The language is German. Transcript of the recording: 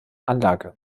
anlage